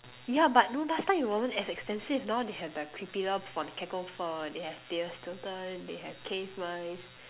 yeah but no last time it wasn't as expensive now they have like Creepella-Von-Cacklefur and they have Thea-Stilton they have cave mice